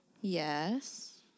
Yes